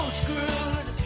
screwed